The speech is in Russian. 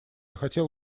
хотел